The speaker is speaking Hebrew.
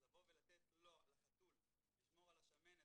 אז לתת לו, לחתול, לשמור על השמנת